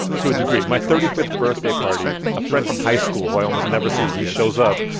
to a degree. my thirty fifth birthday party, a friend from high school who i almost never see, he shows up,